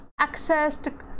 accessed